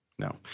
No